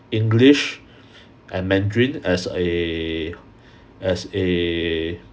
english and mandarin as a as a